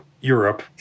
Europe